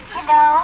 Hello